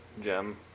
gem